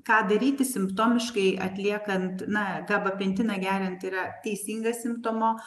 ką daryti simptomiškai atliekant na gabapentiną geriant yra teisinga simptomo